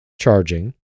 charging